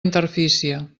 interfície